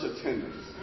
attendance